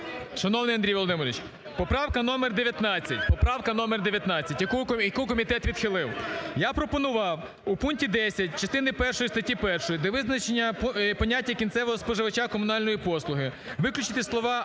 Шановний Андрій Володимирович, поправка №19, яку комітет відхилив. Я пропонував: у пункті 10 частини першої статті 1, де визначення поняття кінцевого споживача комунальної послуги, виключити слова "або